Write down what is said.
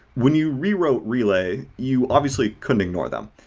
when you rewrote relay you obviously couldn't ignore them.